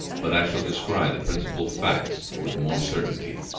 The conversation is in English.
but i shall descry the principal facts with more certainty.